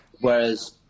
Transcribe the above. Whereas